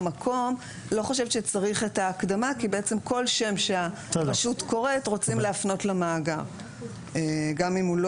--- נבחר שם שאינו מופיע במאגר השמות,